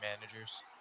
managers